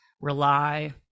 rely